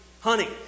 honey